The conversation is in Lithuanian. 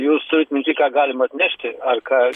jūs turit minty ką galima atnešti ar ką